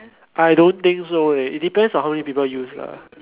I don't think so eh it depends on how many people use ah